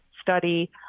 study